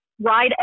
ride